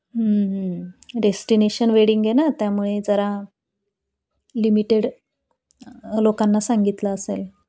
destination wedding आहे ना त्यामुळे जरा लिमिटेड लोकांना सांगितलं असेल